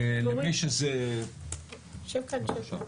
הדבר הזה כמו שאני אומר,